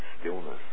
stillness